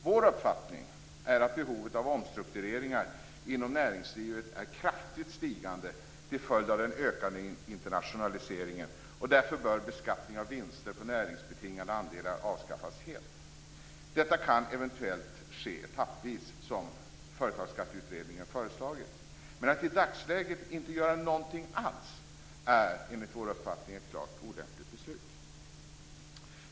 Vår uppfattning är att behovet av omstruktureringar inom näringslivet är kraftigt stigande till följd av den ökande internationaliseringen. Därför bör beskattning av vinster på näringsbetingade andelar avskaffas helt. Detta kan eventuellt ske etappvis som Företagsskatteutredningen föreslagit. Men att i dagsläget inte göra någonting alls är enligt vår uppfattning ett klart olämpligt beslut.